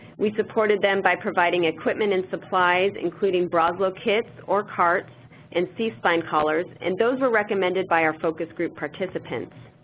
we supported them by providing equipment and supplies including broselow kits or carts and c-spine collars. and those were recommended by our focus group participants.